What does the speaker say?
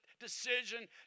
decision